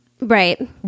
right